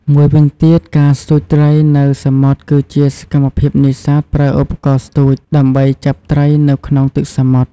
មួយវិញទៀតការស្ទូចត្រីនៅសមុទ្រ គឺជាសកម្មភាពនេសាទប្រើឧបករណ៍ស្ទូច ដើម្បីចាប់ត្រីនៅក្នុងទឹកសមុទ្រ។